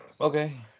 Okay